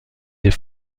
des